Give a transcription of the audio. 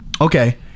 okay